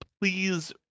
please